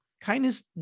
kindness